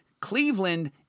Cleveland